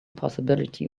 possibility